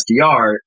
SDR